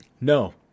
No